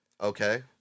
Okay